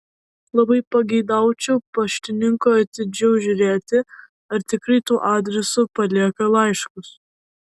labai pageidaučiau paštininkų atidžiau žiūrėti ar tikrai tuo adresu palieka laiškus